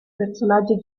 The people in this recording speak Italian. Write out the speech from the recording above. personaggi